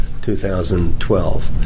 2012